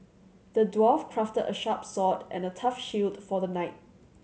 the dwarf crafted a sharp sword and a tough shield for the knight